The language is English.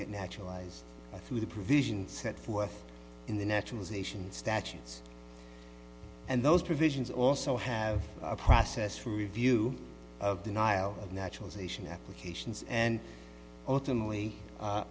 get naturalized through the provisions set forth in the naturalization statutes and those provisions also have a process for review of denial of naturalization applications and ultimately a